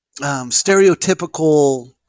stereotypical